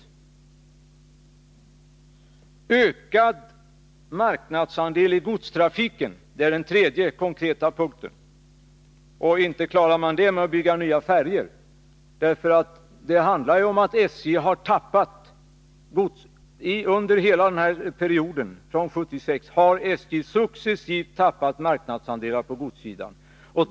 För det tredje är det ökad marknadsandel i godstrafiken. Inte klarar man det genom att bygga nya färjor. SJ har nämligen successivt tappat marknadsandelar på godssidan under hela perioden sedan 1976.